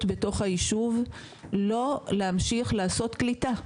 בתוך היישוב לא להמשיך לעשות קליטה.